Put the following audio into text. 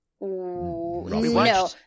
No